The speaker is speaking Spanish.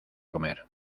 comer